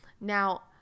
now